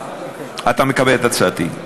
אני מקבל את הצעתך.